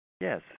Yes